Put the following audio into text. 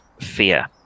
fear